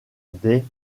des